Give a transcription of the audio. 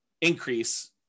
increase